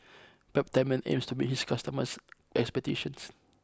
Peptamen aims to meet its customers' expectations